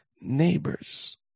neighbors